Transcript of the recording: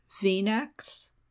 V-necks